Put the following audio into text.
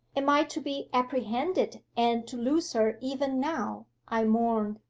am i to be apprehended and to lose her even now? i mourned.